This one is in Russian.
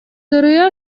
дыры